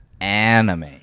Anime